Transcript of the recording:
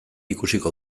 ikusiko